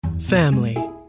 Family